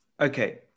Okay